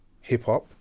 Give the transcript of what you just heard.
hip-hop